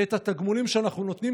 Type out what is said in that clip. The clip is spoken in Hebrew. את התגמולים שאנחנו נותנים,